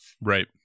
right